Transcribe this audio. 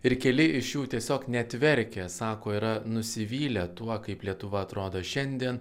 ir keli iš jų tiesiog net verkia sako yra nusivylę tuo kaip lietuva atrodo šiandien